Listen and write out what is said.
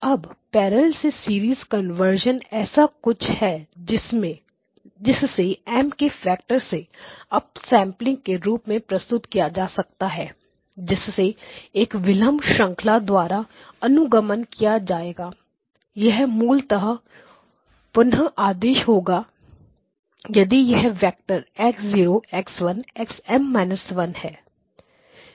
अब पैरेलल से serial conversion ऐसा कुछ है जिससे M के फैक्टर से अप सैंपलिंग के रूप में प्रस्तुत किया जा सकता है जिससे एक विलंब श्रंखला द्वारा अनुगमन किया जाएगा यह मूलतः पुनर आदेश होगा यदि यह वेक्टर X 0 X1 XM−1 है